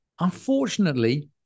unfortunately